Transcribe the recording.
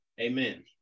Amen